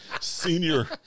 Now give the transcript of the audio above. senior